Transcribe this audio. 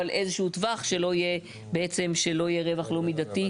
אבל, איזשהו טווח שבעצם לא יהיה רווח לא מידתי.